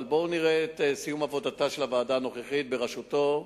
אבל בואו נראה את סיום עבודתה של הוועדה הנוכחית בראשותו,